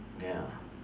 ya